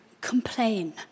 complain